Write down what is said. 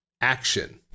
Action